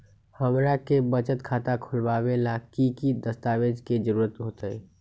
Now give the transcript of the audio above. हमरा के बचत खाता खोलबाबे ला की की दस्तावेज के जरूरत होतई?